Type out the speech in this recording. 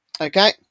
Okay